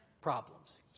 problems